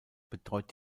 betreut